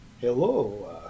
hello